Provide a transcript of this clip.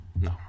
No